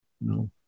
no